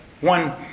one